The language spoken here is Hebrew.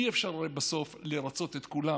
הרי אי-אפשר בסוף לרצות את כולם,